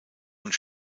und